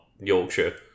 Yorkshire